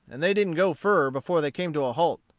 and they didn't go fur before they came to a halt.